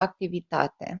activitate